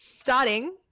starting